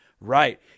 Right